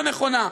הלא-נכונה,